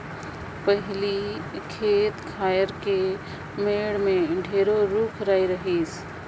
पहिले खेत खायर के मेड़ में ढेरे रूख राई रहिस